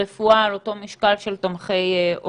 רפואה על אותו משקל של תומכי הוראה.